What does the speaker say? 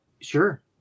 Sure